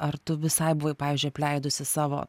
ar tu visai buvai pavyzdžiui apleidusi savo